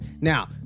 Now